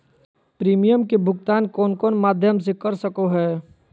Premium के भुक्तान कौन कौन माध्यम से कर सको है?